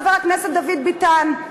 חבר הכנסת דוד ביטן.